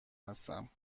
هستم